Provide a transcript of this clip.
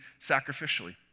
sacrificially